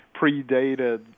predated